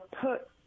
put